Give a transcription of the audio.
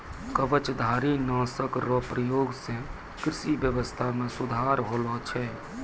कवचधारी नाशक रो प्रयोग से कृषि व्यबस्था मे सुधार होलो छै